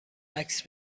عکس